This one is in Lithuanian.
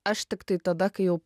aš tiktai tada kai jau